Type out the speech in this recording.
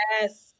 Yes